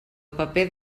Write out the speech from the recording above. paper